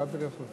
בבקשה.